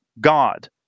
God